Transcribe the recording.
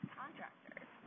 contractors